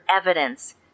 evidence